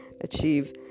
achieve